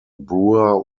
brewer